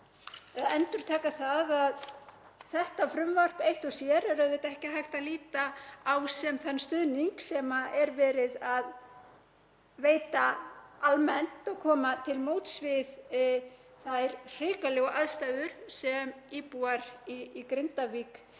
þetta frumvarp eitt og sér er auðvitað ekki hægt að líta á sem þann stuðning sem verið er að veita almennt og koma til móts við þær hrikalegu aðstæður sem íbúar í Grindavík